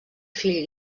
fill